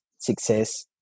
success